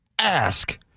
Ask